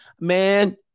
man